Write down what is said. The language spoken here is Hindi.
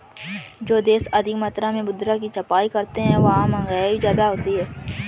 जो देश अधिक मात्रा में मुद्रा की छपाई करते हैं वहां महंगाई ज्यादा होती है